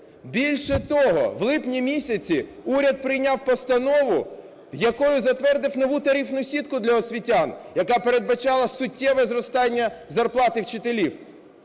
Більше того, в липні місяці уряд прийняв постанову, якою затвердив нову тарифну сітку для освітян, яка передбачала суттєве зростання зарплати вчителів.